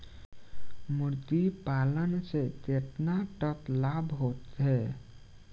मुर्गी पालन से केतना तक लाभ होखे?